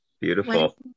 Beautiful